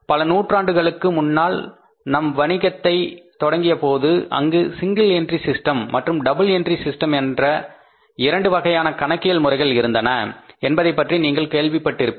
பல நூற்றாண்டுகளுக்கு முன்னால் நாம் வணிகத்தை தொடங்கியபோது அங்கு சிங்கிள் என்ட்ரி சிஸ்டம் மற்றும் டபுள் என்ட்ரி சிஸ்டம் என இரண்டு வகையான கணக்கியல் முறைகள் இருந்தன என்பதைப் பற்றி நீங்கள் கேள்விப்பட்டிருப்பீர்கள்